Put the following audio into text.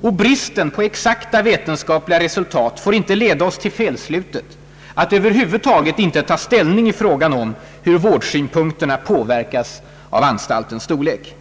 Bristen på exakta vetenskapliga resultat får inte leda oss till felslutet att över huvud taget inte ta ställning i frågan om hur vårdsynpunkterna påverkas av anstaltens storlek.